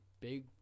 big